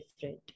different